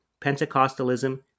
Pentecostalism